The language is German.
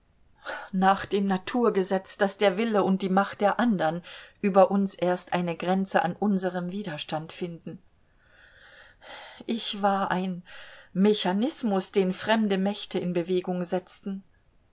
nach dem naturgesetz daß der wille und die macht der andern über uns erst eine grenze an unserem widerstand finden ich war ein mechanismus den fremde mächte in bewegung setzten